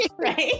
right